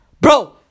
bro